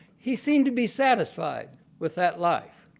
he seemed to be satisfied with that life.